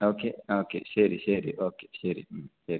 okay okay ശരി ശരി okay ശരി ഉം ശരി